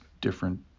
different